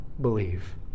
believe